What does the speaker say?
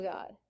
God